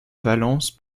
valence